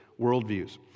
worldviews